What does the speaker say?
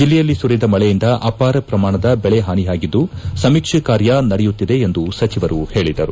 ಜಿಲ್ಲೆಯಲ್ಲಿ ಸುರಿದ ಮಳೆಯಿಂದ ಅಪಾರ ಪ್ರಮಾಣದ ಬೆಳೆ ಹಾನಿಯಾಗಿದ್ದು ಸಮೀಕ್ಷೆ ಕಾರ್ಯ ನಡೆಯುತ್ತಿದೆ ಎಂದು ಸಚಿವರು ಹೇಳಿದರು